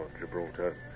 Gibraltar